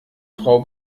frau